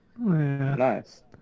Nice